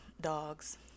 dogs